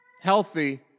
healthy